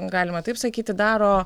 galima taip sakyti daro